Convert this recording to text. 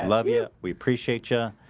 love you. we appreciate you